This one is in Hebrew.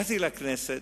באתי לכנסת,